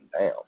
down